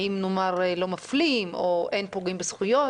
האם לא מפלים או אין פוגעים בזכויות.